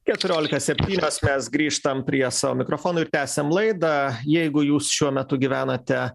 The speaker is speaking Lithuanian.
keturiolika septynios mes grįžtam prie savo mikrofonų ir tęsiam laidą jeigu jūs šiuo metu gyvenate